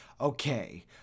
okay